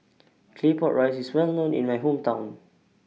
Claypot Rice IS Well known in My Hometown